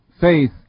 faith